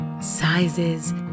sizes